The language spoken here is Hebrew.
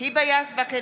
היבה יזבק,